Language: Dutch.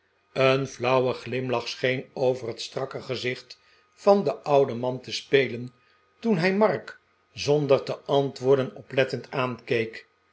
een flauwe glimlach scheen over het strakke gezicht van den ouden man te spelen toen hij mark zonder te antwoorden oplettend aankeek